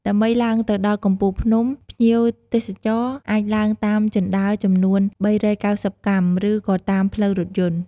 ដើម្បីឡើងទៅដល់កំពូលភ្នំ ភ្ញៀវទេសចរអាចឡើងតាមជណ្ដើរចំនួន ៣៩០ កាំ ឬក៏តាមផ្លូវរថយន្ត។